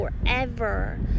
forever